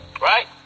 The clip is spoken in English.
Right